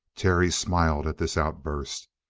terry smiled at this outburst.